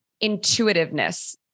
intuitiveness